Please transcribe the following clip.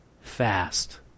fast